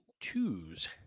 twos